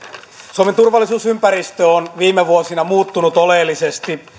suomen turvallisuusympäristö on viime vuosina muuttunut oleellisesti